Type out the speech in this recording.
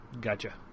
gotcha